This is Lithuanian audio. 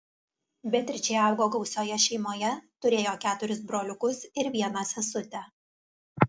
beatričė augo gausioje šeimoje turėjo keturis broliukus ir vieną sesutę